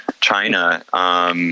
China